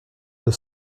deux